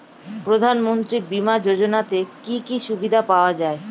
প্রধানমন্ত্রী বিমা যোজনাতে কি কি সুবিধা পাওয়া যায়?